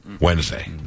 Wednesday